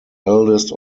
eldest